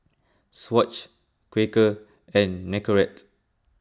Swatch Quaker and Nicorette